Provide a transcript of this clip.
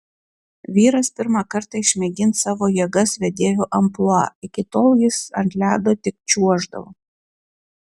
vyras pirmą kartą išmėgins savo jėgas vedėjo amplua iki tol jis ant ledo tik čiuoždavo